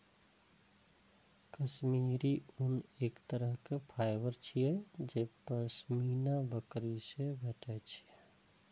काश्मीरी ऊन एक तरहक फाइबर छियै जे पश्मीना बकरी सं भेटै छै